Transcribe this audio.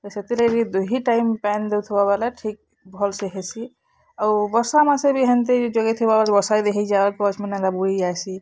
ସେଥିରେ ବି ଦୁହି ଟାଇମ୍ ପାନ୍ ଦଉଥିବା ବେଲେ ଠିକ୍ ଭଲ୍ ସେ ହେସି ଆଉ ବର୍ଷାମାସେ ବି ହେନ୍ତି ଯୋଗାଇଥିବ ବେଲେ ବର୍ଷା ଯଦି ହେଇଯାଅ ବୁହି ଯାଇସୀ